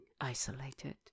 isolated